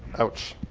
ouch